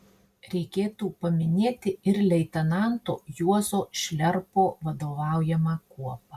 reikėtų paminėti ir leitenanto juozo šliarpo vadovaujamą kuopą